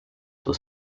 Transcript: was